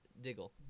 Diggle